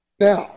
Now